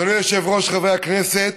אדוני היושב-ראש, חברי הכנסת,